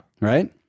Right